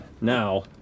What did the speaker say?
now